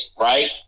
right